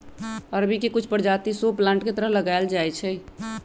अरबी के कुछ परजाति शो प्लांट के तरह लगाएल जाई छई